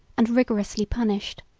and rigorously punished.